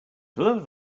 plural